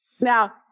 Now